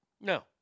No